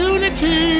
Unity